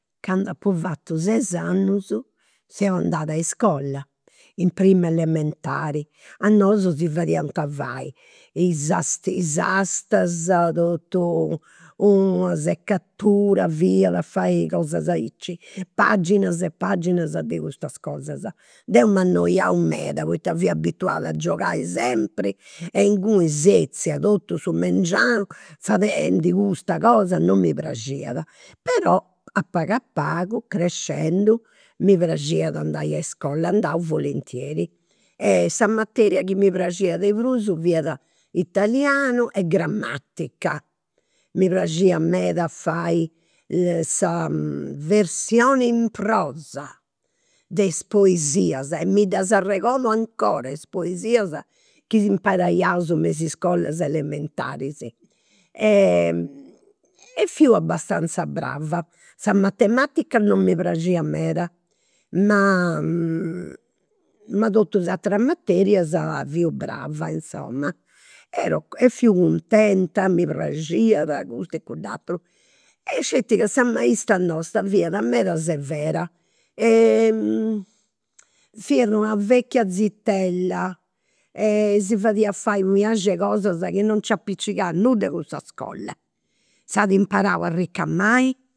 Candu apu fatu ses annus seu andada a iscola, in prima elementari. A nosu si fadiant fai is is astas, totu, una secatura fiat a fai cosas aici. Paginas e paginas de custas cosas. Deu meda, poita fiu abituada a giogai sempri e inguni setzia totu su mengianu fadendu custa cosa non mi praxiat. Però a pagu a pagu, crescendu, mi praxiat andai a iscola, andau volentieri. E sa materia chi mi praxiat de prus fiat italianu e gramatica. Mi praxiat meda a fai sa versione in prosa de is poesias e mi ddas arregodu 'ncora is poesias chi imparaiaus me is iscolas elementaris. E fiu abastanza brava, sa matematica non mi praxiat meda, ma ma totus is ateras materias fiu brava, insoma. Ero, fiu contenta, mi praxiat e custu e cudd'aturu. E sceti ca sa nostra fiat meda severa, fiat una vecchia zitella, e si fadiat fai unu inasci de cosas chi non nci apicigat nudda cun sa iscola. S'at imparau a ricamai